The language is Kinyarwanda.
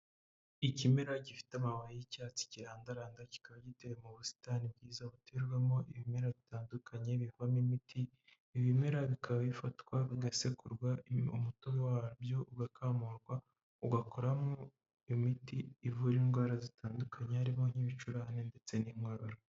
Ikimera gifite amababi y'icyatsi kirandaranda kikaba giteye mu busitani bwiza buterwamo ibimera bitandukanye bivamo imiti, ibimera bikaba bifatwa bigasekurwa, umutobe wabyo ugakamurwa ugakoramo imiti ivura indwara zitandukanye harimo nk'ibicurane ndetse n'inkorora.